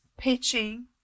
Pitching